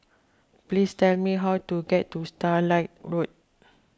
please tell me how to get to Starlight Road